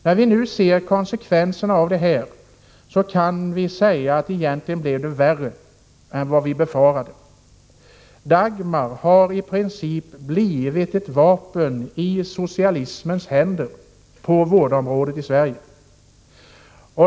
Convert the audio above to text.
När vi nu ser konsekvenserna av beslutet kan vi säga att det egentligen blev värre än vad vi befarade. Dagmar har i princip blivit ett vapen i socialismens händer på vårdområdet i Sverige.